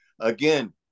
Again